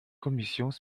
commissions